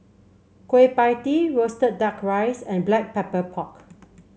Kueh Pie Tee roasted duck rice and Black Pepper Pork